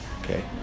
Okay